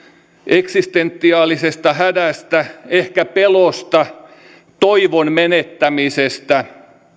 eksistentiaalisesta hädästä ehkä pelosta toivon menettämisestä